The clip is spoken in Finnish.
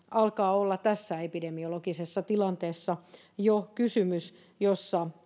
alkaa olla tässä epidemiologisessa tilanteessa jo kysymys jossa